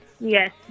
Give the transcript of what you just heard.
yes